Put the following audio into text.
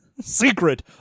Secret